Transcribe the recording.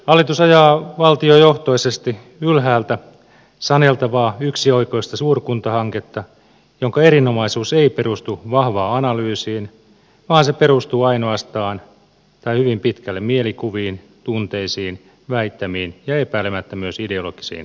hallitus ajaa valtiojohtoisesti ylhäältä saneltavaa yksioikoista suurkuntahanketta jonka erinomaisuus ei perustu vahvaan analyysiin vaan se perustuu ainoastaan tai hyvin pitkälle mielikuviin tunteisiin väittämiin ja epäilemättä myös ideologisiin tavoitteisiin